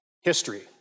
history